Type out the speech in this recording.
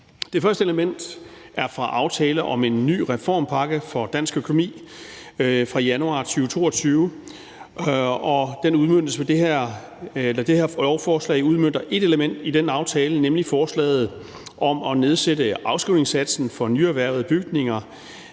Det første element er fra aftalen »En ny reformpakke for dansk økonomi« fra januar 2022, og det her lovforslag udmønter et element i den aftale, nemlig forslaget om at nedsætte afskrivningssatsen for nyerhvervede bygninger